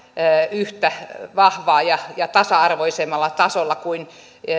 yhtä vahvaa ja ja tasa arvoisemmalla tasolla kuin